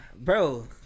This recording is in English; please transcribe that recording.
Bro